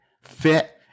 fit